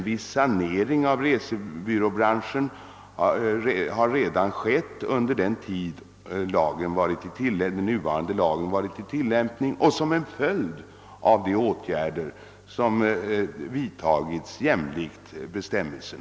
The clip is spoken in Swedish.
En viss sanering av resebyråbranschen har skett redan under den korta tid den nuvarande lagen har varit i tilllämpning, och detta får väl anses vara en följd av de åtgärder som vidtagits i enlighet med lagens bestämmelser.